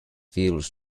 fuels